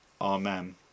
Amen